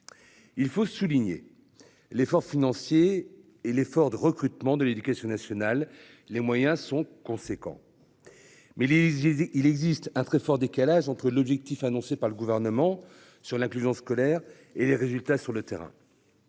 Il faut souligner l'effort financier et l'effort de recrutement de l'Éducation nationale. Les moyens sont conséquents. Mais les, j'ai dit il existe un très fort décalage entre l'objectif annoncé par le gouvernement sur l'inclusion scolaire et les résultats sur le terrain.